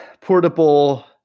portable